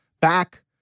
back